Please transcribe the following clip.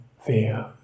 fear